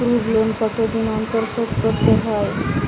Group loan কতদিন অন্তর শোধকরতে হয়?